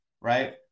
right